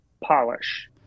polish